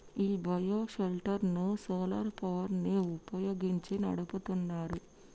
ఈ bio shelter ను solar power ని వుపయోగించి నడుపుతున్నారు